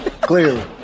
Clearly